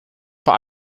vor